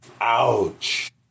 Ouch